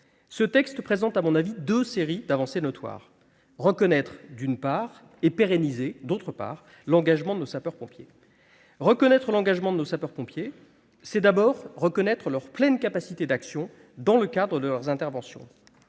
Ce texte présente, à mon avis, deux séries d'avancées notoires : d'une part, reconnaître et, d'autre part, pérenniser l'engagement des sapeurs-pompiers. Reconnaître l'engagement des sapeurs-pompiers, c'est d'abord reconnaître leur pleine capacité d'action dans le cadre de leurs interventions.